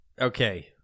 Okay